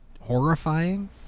horrifying